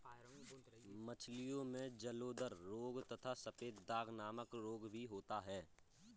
मछलियों में जलोदर रोग तथा सफेद दाग नामक रोग भी होता है